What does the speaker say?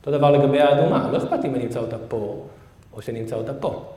אותו דבר לגבי האדומה, לא אכפת לי אם אני אמצא אותה פה או שנמצא אותה פה